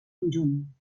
conjunt